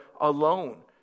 alone